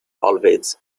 always